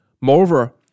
Moreover